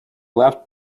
left